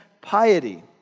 piety